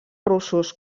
russos